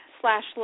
Slash